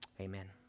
Amen